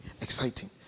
exciting